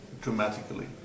dramatically